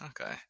Okay